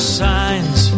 signs